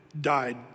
died